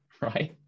Right